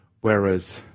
whereas